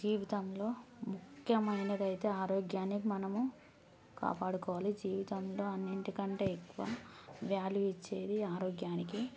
జీవితంలో ముఖ్యమైనది అయితే ఆరోగ్యానికి మనము కాపాడుకోవాలి జీవితంలో అన్నింటి కంటే ఎక్కువ వాల్యూ ఇచ్చేది ఆరోగ్యానికి